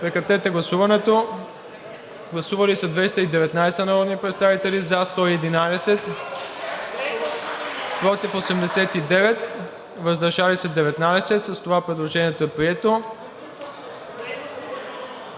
режим на гласуване. Гласували 216 народни представители: за 110, против 84, въздържали се 22. С това предложението е прието.